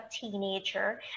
teenager